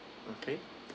okay